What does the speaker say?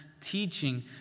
teaching